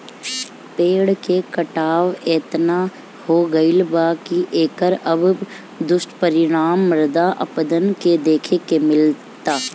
पेड़ के कटाव एतना हो गईल बा की एकर अब दुष्परिणाम मृदा अपरदन में देखे के मिलता